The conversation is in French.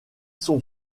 sont